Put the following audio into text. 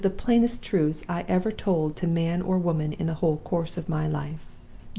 one of the plainest truths i ever told to man or woman in the whole course of my life.